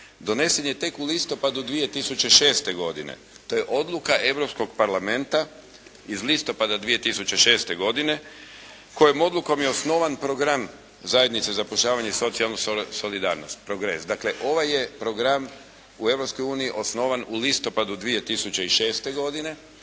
donesen je tek u listopadu 2006. godine. To je odluka Europskog parlamenta iz listopada 2006. godine kojom odlukom je osnovan program zajednice za zapošljavanje i socijalnu solidarnost PROGRESS. Dakle, ovaj je program u Europskoj uniji osnovan u listopadu 2006. godine